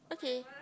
okay